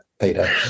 Peter